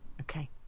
Okay